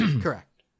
correct